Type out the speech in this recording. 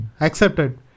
accepted